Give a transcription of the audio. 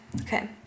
Okay